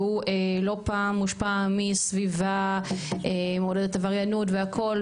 שהוא לא פעם מושפעת מסביבה מעודדת עבריינות והכל,